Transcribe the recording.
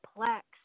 complex